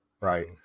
right